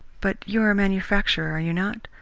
but you are a manufacturer, are you not?